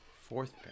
fourth